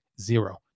Zero